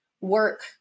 work